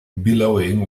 billowing